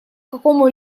какому